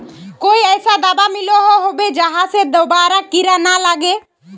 कोई ऐसा दाबा मिलोहो होबे जहा से दोबारा कीड़ा ना लागे?